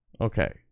Okay